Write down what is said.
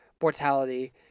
mortality